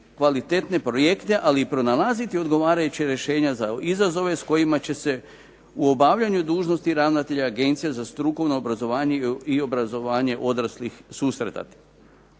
kvalitetne projekte ali i pronalaziti odgovarajuća rješenja za izazove s kojima će se u obavljanju dužnosti ravnatelja Agencije za strukovno obrazovanje i obrazovanje odraslih susretati.